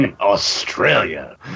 Australia